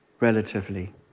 relatively